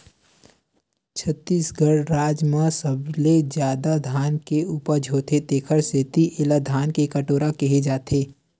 छत्तीसगढ़ राज म सबले जादा धान के उपज होथे तेखर सेती एला धान के कटोरा केहे जाथे